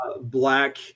black